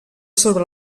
sobre